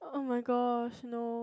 oh-my-gosh no